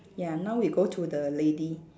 ya now we go to the lady